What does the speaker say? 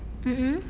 mm mm